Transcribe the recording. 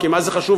כי מה זה חשוב,